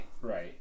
right